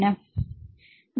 மாணவர் அவர்கள் வெப்பம் சரி